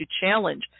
challenge